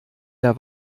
der